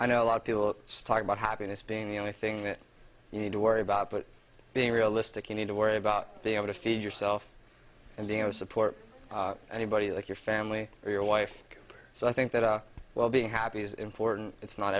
i know a lot of people start but happiness being the only thing that you need to worry about but being realistic you need to worry about being able to feed yourself and you know support anybody like your family or your wife so i think that our well being happy is important it's not